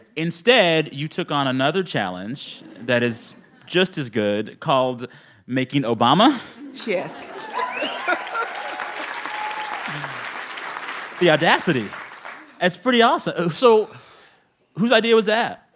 instead, you took on another challenge that is just as good called making obama yes um the audacity that's pretty awesome. ah so whose idea was that?